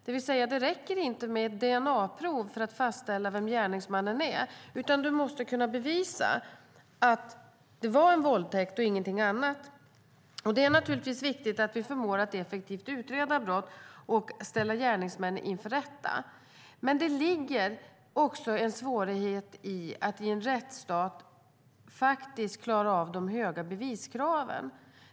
Det vill säga att det inte räcker med ett dna-prov för att fastställa vem gärningsmannen är, utan man måste kunna bevisa att det var en våldtäkt och inget annat. Det är naturligtvis viktigt att vi förmår att effektivt utreda brott och ställa gärningsmän inför rätta, men det ligger en svårighet att i en rättsstat faktiskt klara de höga beviskraven.